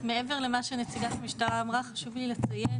מעבר למה שנציגת המשטרה אמרה ח שוב לי לציין